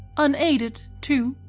unaided, too,